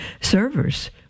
servers